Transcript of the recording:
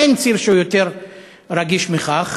אין ציר שהוא יותר רגיש מזה.